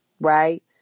right